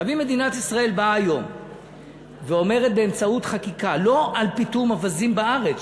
אם מדינת ישראל באה היום ואומרת לא באמצעות חקיקה על פיטום אווזים בארץ,